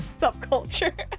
subculture